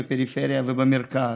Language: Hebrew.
בין הפריפריה למרכז.